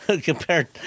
compared